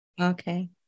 Okay